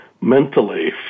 mentally